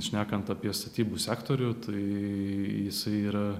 šnekant apie statybų sektorių tai jisai yra